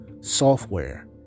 software